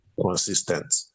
consistent